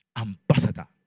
ambassador